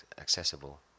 accessible